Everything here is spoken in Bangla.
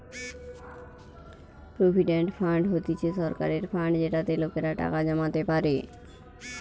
প্রভিডেন্ট ফান্ড হতিছে সরকারের ফান্ড যেটাতে লোকেরা টাকা জমাতে পারে